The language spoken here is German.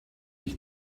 ich